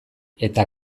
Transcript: eta